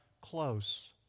close